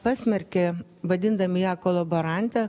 pasmerkė vadindami ją kolaborante